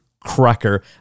cracker